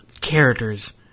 characters